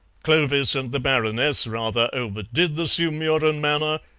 clovis and the baroness rather overdid the sumurun manner,